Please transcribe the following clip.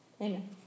Amen